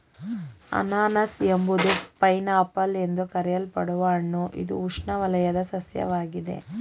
ಅನನಾಸು ಎಂಬುದು pineapple ಎಂದು ಕರೆಯಲ್ಪಡುವ ಹಣ್ಣು ಇದು ಉಷ್ಣವಲಯದ ಸಸ್ಯವಾಗಿದೆ